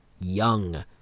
young